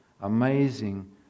amazing